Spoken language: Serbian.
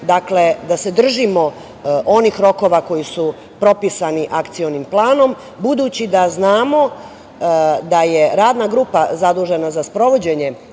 da se držimo onih rokova koji su propisani akcionim planom, budući da znamo da je Radna grupa zadužena za sprovođenje